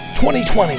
2020